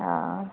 हँ